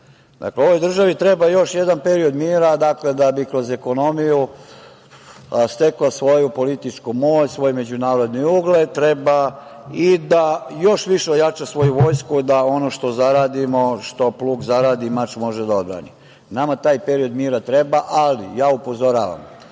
ovoj državi treba još jedan period mira da bi kroz ekonomiju stekla svoju političku moć, svoj međunarodni ugled treba i da još više ojača svoju vojsku, da ono što zaradimo, što plug zaradi mač može da odradi. Nama taj period mira treba, ali ja upozoravam